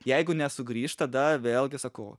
jeigu nesugrįš tada vėlgi sakau